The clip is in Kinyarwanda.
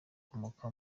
ukomoka